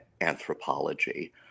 anthropology